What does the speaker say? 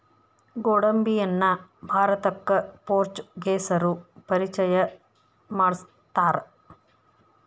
ಗೋಡಂಬಿಯನ್ನಾ ಭಾರತಕ್ಕ ಪೋರ್ಚುಗೇಸರು ಪರಿಚಯ ಮಾಡ್ಸತಾರ